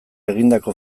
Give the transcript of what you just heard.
egindako